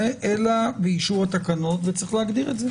אלא באישור התקנות וצריך להגדיר את זה.